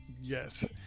Yes